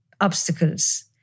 obstacles